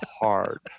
hard